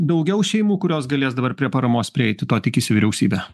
daugiau šeimų kurios galės dabar prie paramos prieiti to tikisi vyriausybė